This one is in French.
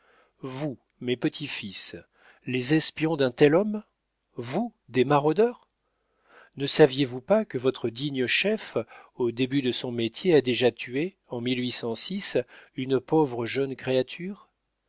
vous mes petits-fils les espions d'un tel homme vous des maraudeurs ne saviez-vous pas que votre digne chef au début de son métier a déjà tué en une pauvre jeune créature